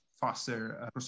faster